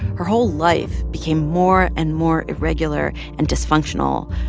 her whole life became more and more irregular and dysfunctional.